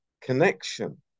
connection